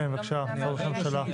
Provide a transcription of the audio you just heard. אני לא מבינה מה הבעיה עם זה.